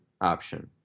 option